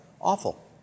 awful